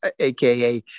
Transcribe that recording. AKA